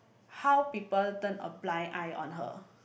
how people turn a blind eye on her